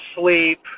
sleep